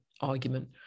argument